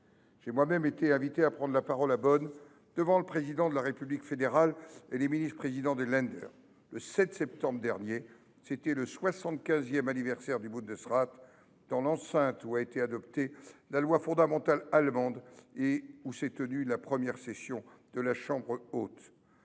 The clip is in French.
J’ai moi même été invité à prendre la parole à Bonn devant le Président de la République fédérale et les ministres présidents des Länder. C’était le 7 septembre dernier, à l’occasion du 75 anniversaire du Bundesrat, dans l’enceinte où a été adoptée la Loi fondamentale allemande et où s’est tenue la première session de la Chambre haute.